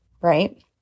right